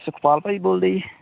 ਸੁਖਪਾਲ ਭਾਅ ਜੀ ਬੋਲਦੇ ਜੀ